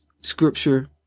scripture